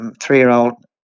three-year-old